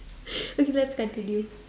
okay let's continue